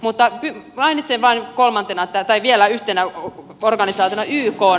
mutta mainitsen vain vielä yhtenä organisaationa ykn